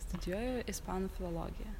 studijuoju ispanų filologiją